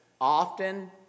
often